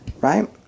right